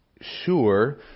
sure